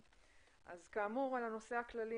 אז כאמור על הנושא הכללי,